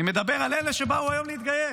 אני מדבר על אלה שבאו היום להתגייס.